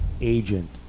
agent